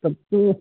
तब तो